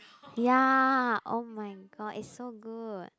ya oh-my-god it's so good